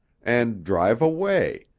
and drive away,